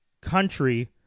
country